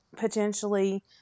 potentially